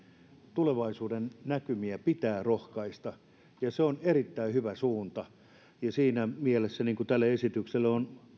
tulevaisuudennäkymiä pitää rohkaista se on erittäin hyvä suunta ja siinä mielessä tälle esitykselle on